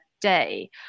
day